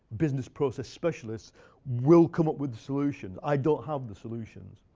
business process specialists will come up with the solutions. i don't have the solutions.